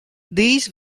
these